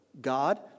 God